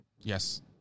Yes